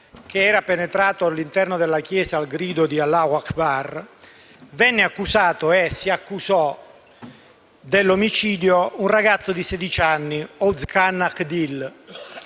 adulto penetrato all'interno della chiesa al grido di «Allahu Akbar», venne accusato e si autoaccusò dell'omicidio un ragazzo di sedici anni, Oğuzhan Akdim.